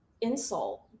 insult